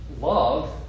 love